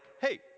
hey